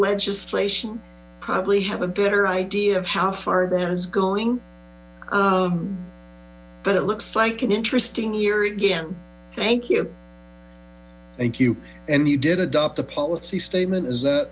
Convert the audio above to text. legislation probably have a better idea of how far that i going but it looks like an interesting year again thank you thank you and you did adopt a policy statement is that